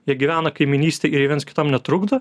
jie gyvena kaimynystėj ir viens kitam netrukdo